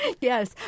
Yes